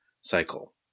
cycle